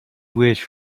wish